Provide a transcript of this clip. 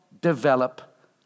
develop